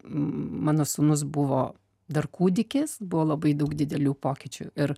mano sūnus buvo dar kūdikis buvo labai daug didelių pokyčių ir